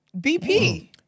BP